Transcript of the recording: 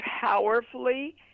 powerfully